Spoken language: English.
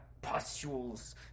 pustules